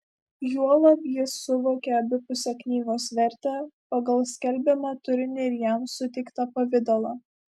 juolab jis suvokė abipusę knygos vertę pagal skelbiamą turinį ir jam suteiktą pavidalą